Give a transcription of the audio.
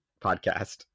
podcast